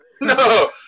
No